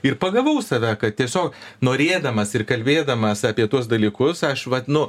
ir pagavau save kad tiesiog norėdamas ir kalbėdamas apie tuos dalykus aš vadinu